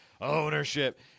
Ownership